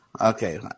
Okay